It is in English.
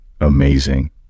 amazing